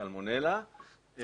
והסלמונלה,